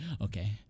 Okay